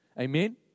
Amen